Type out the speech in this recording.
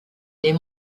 les